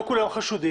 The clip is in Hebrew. לא כולם חשודים,